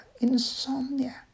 insomnia